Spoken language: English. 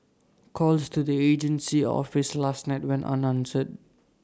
calls to the agency's are office last night went unanswered